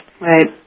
right